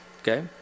okay